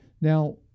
Now